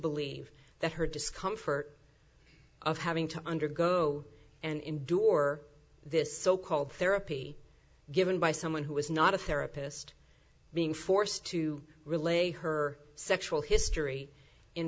believe that her discomfort of having to undergo and endure this so called therapy given by someone who was not a therapist being forced to relate her sexual history in